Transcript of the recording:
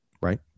right